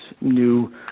new